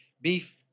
beef